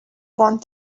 want